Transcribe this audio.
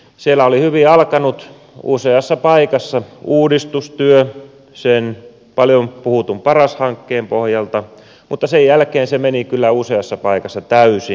siellä oli hyvin alkanut useassa paikassa uudistustyö sen paljon puhutun paras hankkeen pohjalta mutta sen jälkeen se meni kyllä useassa paikassa täysin jäihin